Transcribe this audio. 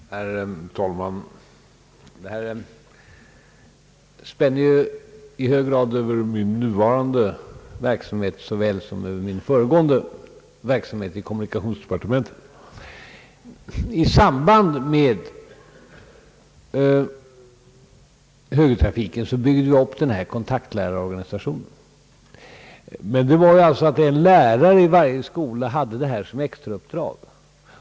Herr talman! Denna fråga spänner i hög grad över min nuvarande verksamhet såväl som min föregående verk I samband med högertrafikens införande byggdes kontaktlärarorganisationen upp. En lärare vid varje skola hade det som extrauppdrag.